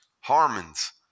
Harmons